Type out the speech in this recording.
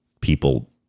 people